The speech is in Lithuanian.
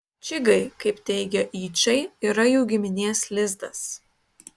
čigai kaip teigia yčai yra jų giminės lizdas